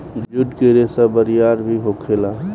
जुट के रेसा बरियार भी होखेला